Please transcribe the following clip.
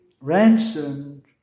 ransomed